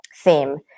theme